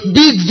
big